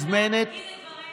מציעה שאתה תגיד את דברינו.